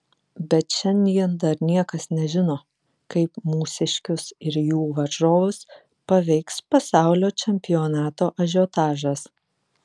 bet šiandien dar niekas nežino kaip mūsiškius ir jų varžovus paveiks pasaulio čempionato ažiotažas